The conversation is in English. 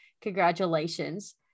Congratulations